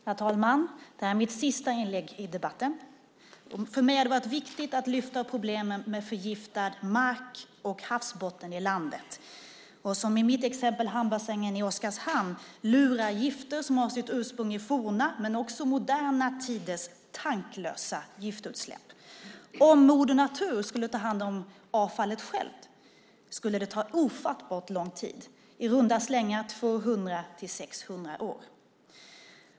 Herr talman! Det här är mitt sista inlägg i debatten. För mig har det varit viktigt att lyfta problemen med förgiftad mark och havsbotten i landet. I mitt exempel, hamnbassängen i Oskarshamn, lurar gifter som har sitt ursprung i forna men också moderna tiders tanklösa giftutsläpp. Om Moder Natur skulle ta hand om avfallet själv skulle det ta ofattbart lång tid - i runda slängar 200-600 år.